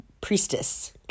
priestess